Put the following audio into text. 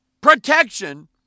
protection